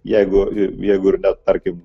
jeigu ir jeigu ir net tarkim